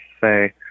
say